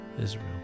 Israel